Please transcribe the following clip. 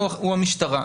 הוא המשטרה.